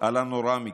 על הנורא מכול,